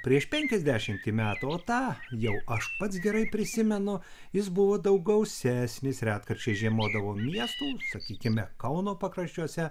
prieš penkiasdešimtį metų o tą jau aš pats gerai prisimenu jis buvo daug gausesnis retkarčiais žiemodavo miestų sakykime kauno pakraščiuose